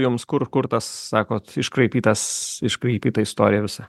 jums kur kur tas sakot iškraipytas iškraipyta istorija visa